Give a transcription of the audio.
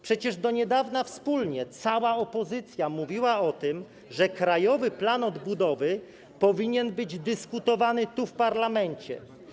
Przecież do niedawna cała opozycja mówiła o tym, że Krajowy Plan Odbudowy powinien być dyskutowany tu, w parlamencie.